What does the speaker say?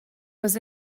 was